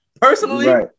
personally